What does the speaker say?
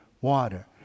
water